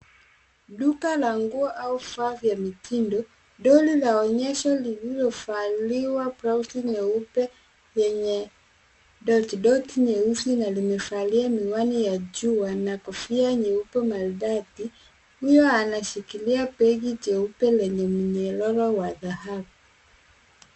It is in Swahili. Duka la nguo au vifaa vya mitindo. Doli la onyesho lililovaliwa blausi nyeupe kwenye dotidoti nyeusi na limevalia miwani ya jua na kofia nyeupe maridadi huyo anashikilia begi jeupe lenye minyororo wa dhahabu.